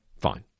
Fine